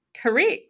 correct